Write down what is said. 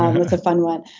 um it's a fun one.